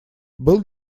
был